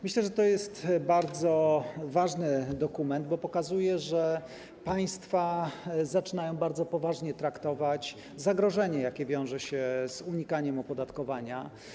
Myślę, że to jest bardzo ważny dokument, bo pokazuje, że państwa zaczynają bardzo poważnie traktować zagrożenie, jakie wiąże się z unikaniem opodatkowania.